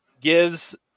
gives